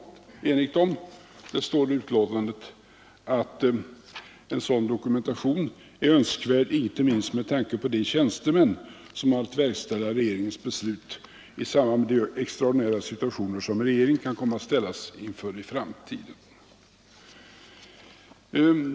Det står i utskottsbetänkandet att en sådan dokumentation är önskvärd inte minst med tanke på de tjänstemän som har att verkställa regeringens beslut i samband med de extraordinära situationer som en regering kan komma att ställas inför i framtiden.